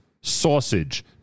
sausage